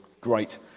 great